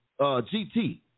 GT